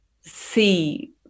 see